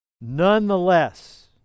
Nonetheless